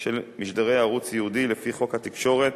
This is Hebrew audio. של משדרי ערוץ ייעודי לפי חוק התקשורת